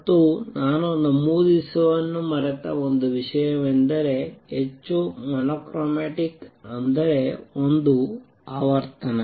ಮತ್ತು ನಾನು ನಮೂದಿಸುವುದನ್ನು ಮರೆತ ಒಂದು ವಿಷಯವೆಂದರೆ ಹೆಚ್ಚು ಮೊನೊಕ್ರೊಮ್ಯಾಟಿಕ್ ಅಂದರೆ ಒಂದು ಆವರ್ತನ